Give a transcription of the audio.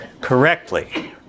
correctly